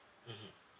mmhmm